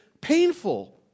painful